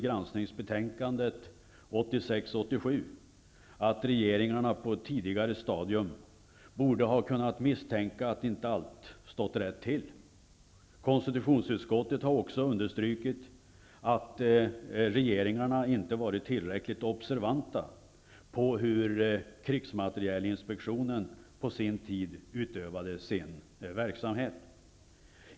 granskningsbetänkandet 86/87 att regeringarna på ett tidigare stadium borde ha kunnat misstänka att inte allt stod rätt till. Konstitutionsutskottet har också understrukit att regeringarna inte har varit tillräckligt observanta på hur krigsmaterielinspektionen på sin tid utövade sin verksamhet.